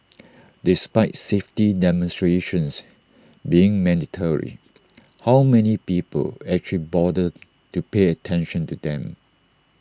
despite safety demonstrations being mandatory how many people actually bother to pay attention to them